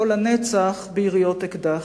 ודאי שלא לנצח ביריות אקדח.